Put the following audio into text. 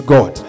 God